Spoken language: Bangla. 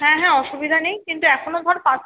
হ্যাঁ হ্যাঁ অসুবিধা নেই কিন্তু এখনও ধর পাঁচ